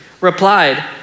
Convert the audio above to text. replied